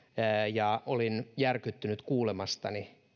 ja olin järkyttynyt kuulemastani